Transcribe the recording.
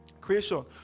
creation